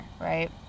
right